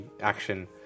action